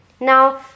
Now